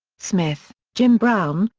smith, jim brown,